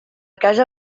casa